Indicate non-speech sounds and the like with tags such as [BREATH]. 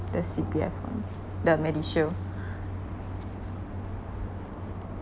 the C_P_F [one] the MediShield [BREATH]